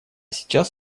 сейчас